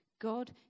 God